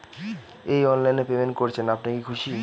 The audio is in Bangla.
এই অনলাইন এ পেমেন্ট করছেন আপনি কি খুশি?